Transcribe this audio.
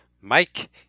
Mike